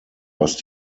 was